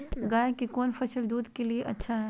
गाय के कौन नसल दूध के लिए अच्छा है?